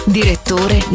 direttore